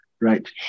right